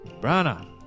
Brana